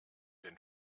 den